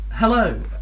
Hello